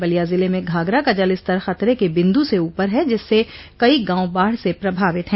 बलिया जिले में घाघरा का जलस्तर खतरे के बिंदु से ऊपर है जिससे कई गांव बाढ़ से प्रभावित हैं